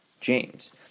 James